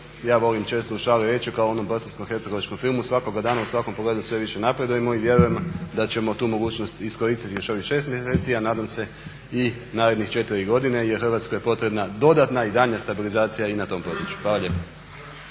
ja volim često u šali reći, kao u onom bosansko-hercegovačkom filmu svakoga dana u svakom pogledu sve više napredujemo i vjerujem da ćemo tu mogućnost iskoristiti još ovih 6 mjeseci, a nadam se i narednih 4 godine jer Hrvatskoj je potrebna dodatna i daljnja stabilizacija i na tom području. Hvala lijepa.